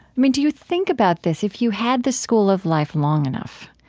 mean, do you think about this? if you had the school of life long enough,